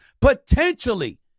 potentially